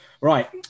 Right